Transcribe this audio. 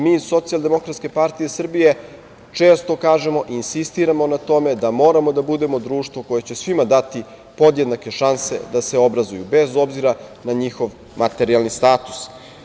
Mi iz SDPS često kažemo i insistiramo na tome da moramo da budemo društvo koje će svima dati podjednake šanse da se obrazuju, bez obzira na njihov materijalni status.